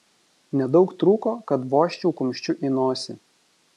nedaug trūko kad vožčiau kumščiu į nosį